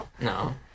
No